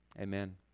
Amen